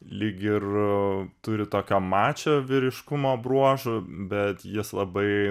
lyg ir turi tokio mačo vyriškumo bruožų bet jis labai